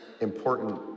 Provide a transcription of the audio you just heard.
important